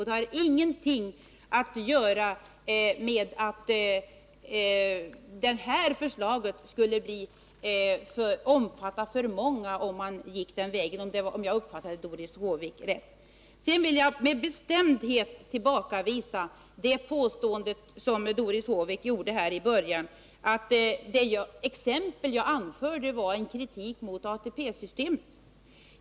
Det har ingenting att göra med det här förslaget och synpunkten att detta system skulle komma att omfatta för många, vilket Doris Håvik påstod, om jag uppfattade henne rätt. Jag vill sedan med bestämdhet tillbakavisa det påstående Doris Håvik gjorde i början av debatten, nämligen att det exempel jag anförde innebär kritik mot ATP-systemet.